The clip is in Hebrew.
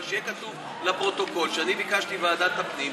אבל שיהיה כתוב לפרוטוקול שאני ביקשתי ועדת הפנים,